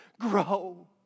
grow